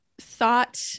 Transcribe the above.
thought